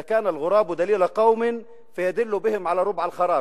שאומר: אד'א כאן אלע'ראב דליל קום פידל בהם עלא רבע אלח'ראב,